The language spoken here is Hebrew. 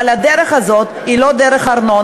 אבל הדרך הזאת היא לא דרך ארנונה.